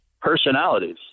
personalities